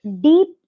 deep